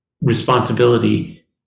responsibility